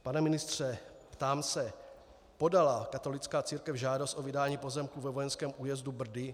Pane ministře, ptám se: Podala katolická církev žádost o vydání pozemků ve Vojenském újezdu Brdy?